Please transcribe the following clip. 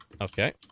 Okay